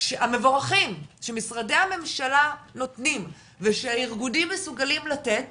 המבורכים שמשרדי הממשלה נותנים ושהארגונים מסוגלים לתת